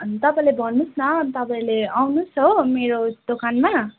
तपाईँले भन्नुहोस् न तपाईँले आउनुहोस् हो मेरो दोकानमा